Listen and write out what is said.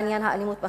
עניין האלימות בחברה.